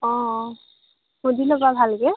অ অ সুধি ল'বা ভালকৈ